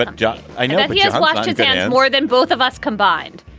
but john, i know, yeah lost yeah more than both of us combined.